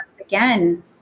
again